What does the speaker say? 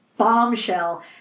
bombshell